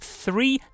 three